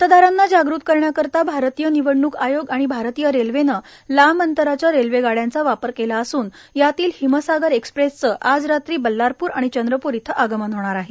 मतदारांना जागृत करण्याकरिता भारतीय निवडणूक आयोग आणि भारतीय रेल्वेने लांब अंतराच्या रेल्वेगाड्यांचा वापर केला असून यातील हिमसागर एक्स्प्रेस आज रात्री बल्लारपूर आणि चंद्रपूर इथं आगमन होणार आहे